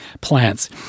plants